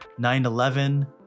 9-11